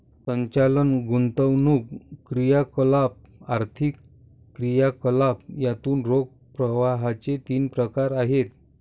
संचालन, गुंतवणूक क्रियाकलाप, आर्थिक क्रियाकलाप यातून रोख प्रवाहाचे तीन प्रकार आहेत